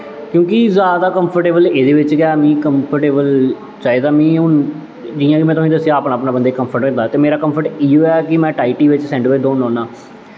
क्योंकि जादा कंफ्टेवल एह्दे बिच्च गै कंफ्टेवल चाहिदा मीं जि'यां दसेआ कि अपना अपना बंदे दा कंफ्ट होंदा ते मेरा कंफ्ट इयो ऐ कि में टाईटी ते सैड बिच्च दौड़ना होन्ना